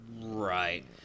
Right